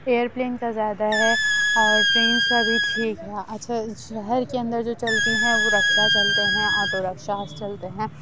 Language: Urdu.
ایئر پلین کا زیادہ ہے اور ٹرینس کا بھی ٹھیک ہے اچھا شہر کے اندر جو چلتی ہیں وہ رکشا چلتے ہیں آٹو رکشاز چلتے ہیں